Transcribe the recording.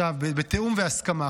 בתיאום והסכמה.